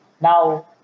now